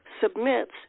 submits